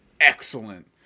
Excellent